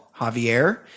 Javier